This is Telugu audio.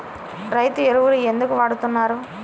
రైతు ఎరువులు ఎందుకు వాడుతున్నారు?